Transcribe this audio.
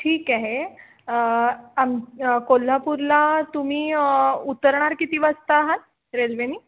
ठीक आहे आम कोल्हापूरला तुम्ही उतरणार किती वाजता आहात रेल्वेने